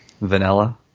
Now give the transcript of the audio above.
Vanilla